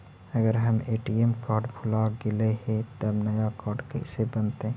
अगर हमर ATM card भुला गैलै हे तब नया काड कइसे बनतै?